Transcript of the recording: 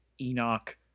Enoch